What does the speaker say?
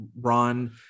Ron